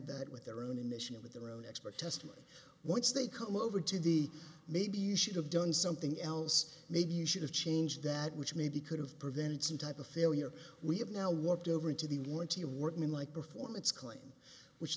that with their own initiative with their own expert testimony once they come over to the maybe you should have done something else maybe you should have changed that which maybe could have prevented some type of failure we have now walked over into the warranty workman like performance claim which